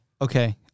Okay